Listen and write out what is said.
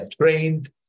trained